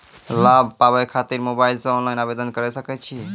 लाभ पाबय खातिर मोबाइल से ऑनलाइन आवेदन करें सकय छियै?